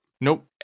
Nope